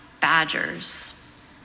badgers